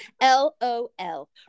L-O-L